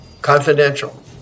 confidential